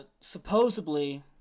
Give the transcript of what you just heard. supposedly